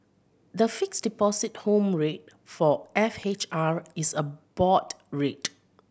the Fixed Deposit Home Rate for F H R is a board rate